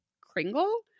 kringle